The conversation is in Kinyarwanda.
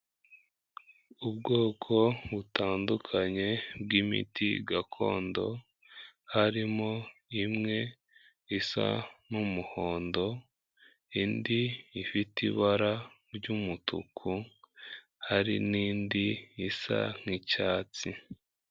Ubwoko butandukanye bw'imiti gakondo, harimo imwe isa n'umuhondo, indi ifite ibara ry'umutuku, hari n'indi isa nk'icyatsi.